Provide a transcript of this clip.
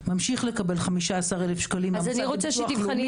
ממשיך לקבל 15,000 שקלים מביטוח לאומי --- את זה אני רוצה שתבחני.